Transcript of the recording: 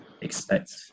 expect